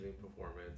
performance